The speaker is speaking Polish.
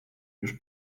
już